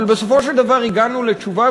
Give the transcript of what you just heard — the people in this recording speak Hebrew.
אבל בסופו של דבר הגענו לתשובה,